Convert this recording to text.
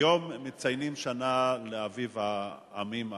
היום מציינים שנה לאביב העמים הערבי.